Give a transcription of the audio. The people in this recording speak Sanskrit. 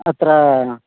अत्र